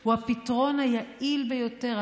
הוא הפתרון היעיל ביותר,